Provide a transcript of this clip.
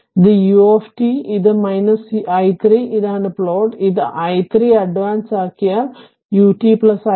ഇത് u ഇത് i3 ഇതാണ് പ്ലോട്ട് ഇത് i3 അഡ്വാൻസ് ആക്കിയാൽ ut i 3 ആണ്